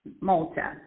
Malta